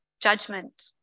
judgment